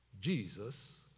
Jesus